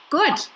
good